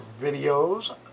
videos